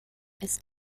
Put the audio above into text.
ist